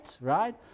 right